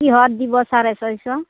কিহত দিব চাৰে ছয়শ